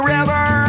River